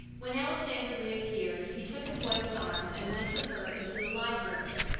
when alexander reappeared, he took his wife's arm and went with her into the library.